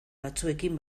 batzuekin